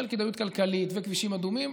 של כדאיות כלכלית וכבישים אדומים,